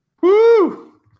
Woo